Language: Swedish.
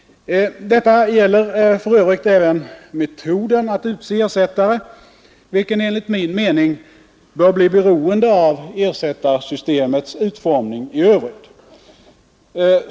Detta gäller för övrigt även metoden att utse ersättare vilken enligt min mening bör bli beroende av ersättarsystemets utformning i övrigt.